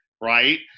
right